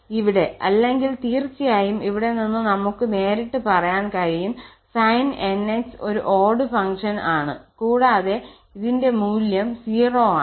ഇവിടെ അല്ലെങ്കിൽ തീർച്ചയായും ഇവിടെ നിന്ന് നമുക്ക് നേരിട്ട് പറയാൻ കഴിയും sin 𝑛𝑥 ഒരു ഓട് ഫങ്ക്ഷന് ആണ് കൂടാതെ ഇതിന്റെ മൂല്യം 0 ആണ്